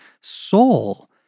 Soul